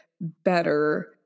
better